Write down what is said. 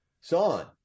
Son